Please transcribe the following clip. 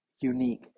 unique